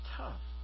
tough